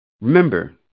Remember